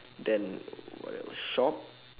then what else shop